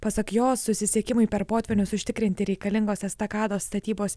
pasak jos susisiekimui per potvynius užtikrinti reikalingos estakados statybos